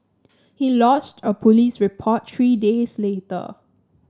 he lodged a police report three days later